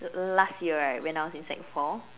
last year right when I was in sec four